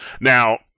Now